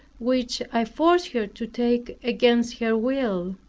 which i forced her to take against her will.